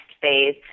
phase